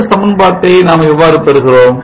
இந்த சமன்பாட்டை நாம் எவ்வாறு பெறுகிறோம்